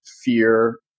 fear